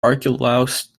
archelaus